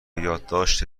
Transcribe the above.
یادداشت